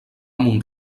mont